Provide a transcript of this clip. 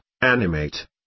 animate